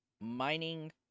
mining